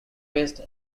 west